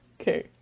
Okay